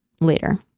later